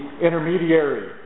intermediary